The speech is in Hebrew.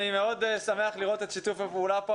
אני מאוד שמח לראות את שיתוף הפעולה כאן